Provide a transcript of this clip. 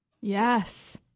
Yes